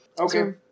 Okay